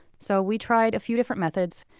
so we tried a few different methods.